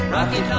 Rocky